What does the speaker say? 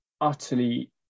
utterly